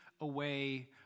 away